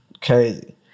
crazy